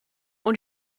und